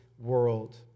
world